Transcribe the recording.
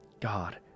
God